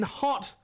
hot